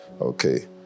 okay